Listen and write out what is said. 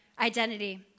identity